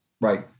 right